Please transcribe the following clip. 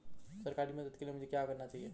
सरकारी मदद के लिए मुझे क्या करना होगा?